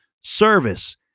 service